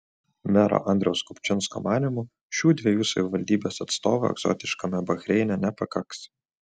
mero andriaus kupčinsko manymu šių dviejų savivaldybės atstovų egzotiškame bahreine nepakaks